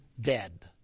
dead